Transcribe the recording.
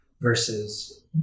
Versus